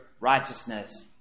righteousness